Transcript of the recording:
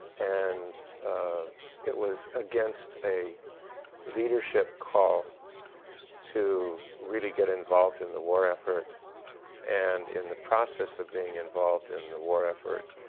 and it was against a leadership call to really get involved in the war effort and in the process of being involved in the war effort,